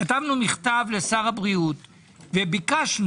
כתבנו מכתב לשר הבריאות וביקשנו,